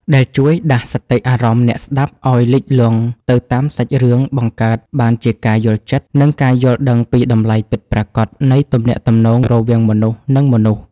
ដែលជួយដាស់សតិអារម្មណ៍អ្នកស្ដាប់ឱ្យលិចលង់ទៅតាមសាច់រឿង បង្កើតបានជាការយល់ចិត្ត និងការយល់ដឹងពីតម្លៃពិតប្រាកដនៃទំនាក់ទំនងរវាងមនុស្ស និងមនុស្ស។